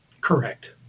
Correct